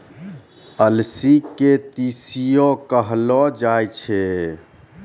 अलसी के तीसियो कहलो जाय छै